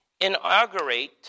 inaugurate